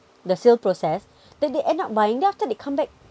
the sale process that they end up buying then after they come back